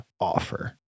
offer